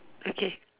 okay